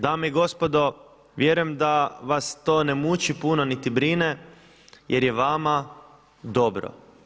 Dame i gospodo, vjerujem da vas to ne muči puno niti brine jer je vama dobro.